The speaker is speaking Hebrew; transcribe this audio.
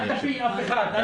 אל תפיל אף אחד.